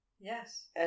Yes